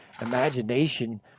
imagination